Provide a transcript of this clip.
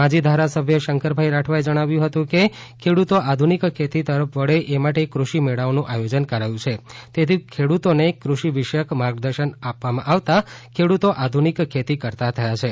માજી ધારાસભ્ય શંકરભાઇ રાઠવાએ જણાવ્યું હતું કે ખેડૂતો આધુનિક ખેતી તરફ વળે એ માટે કૃષિ મેળાઓનું આયોજન કરાયું છે તેથી ખેડૂતોને કૃષિ વિષયક માર્ગદર્શન આપવામાં આવતા ખેડૂતો આધુનિક ખેતી કરી કરતા થયા છે